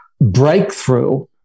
breakthrough